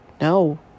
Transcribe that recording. no